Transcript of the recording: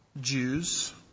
Jews